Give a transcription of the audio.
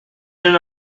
d’un